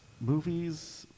Movies